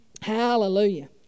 Hallelujah